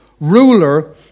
ruler